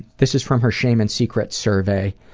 this is from her shame and secrets survey,